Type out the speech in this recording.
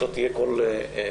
שלא תהיה כל חודש.